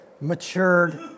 matured